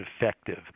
effective